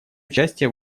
участие